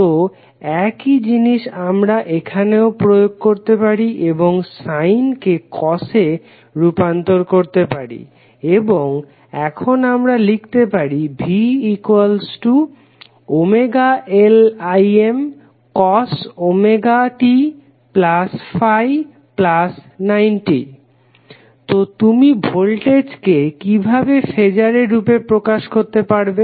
তো একই জিনিস আমারা এখানেও প্রয়োগ করতে পারি এবং সাইন কে কস এ রূপান্তর করতে পারি এবং এখন আমরা লিখতে পারি vωLImcos ωt∅90 তো তুমি ভোল্টেজকে কিভাবে ফেজারের রূপে প্রকাশ করতে পারবে